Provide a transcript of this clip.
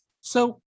So-